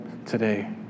today